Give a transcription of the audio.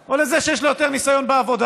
או לזה שיש לו יותר ניסיון בעבודה?